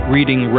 Reading